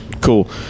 cool